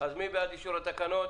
אז מי בעד אישור התקנות?